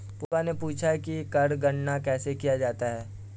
पुष्पा ने पूछा कि कर गणना कैसे किया जाता है?